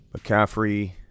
McCaffrey